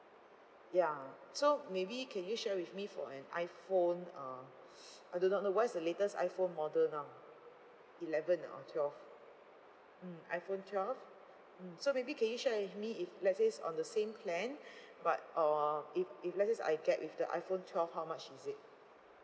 yeah so maybe can you share with me for an iphone uh I do not know what is the latest iphone model now eleven ah or twelve mm iphone twelve mm so maybe can you share with me if let says on the same plan but uh if if let says I get with the iphone twelve how much is it